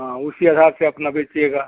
हाँ उसी हिसाब से अपना बेचिएगा